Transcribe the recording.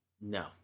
No